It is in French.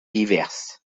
divers